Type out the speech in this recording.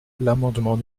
l’amendement